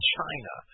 China